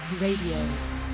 Radio